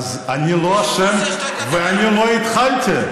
אני לא אשם ואני לא התחלתי.